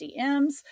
DMs